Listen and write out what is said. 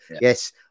Yes